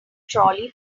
trolley